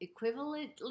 equivalently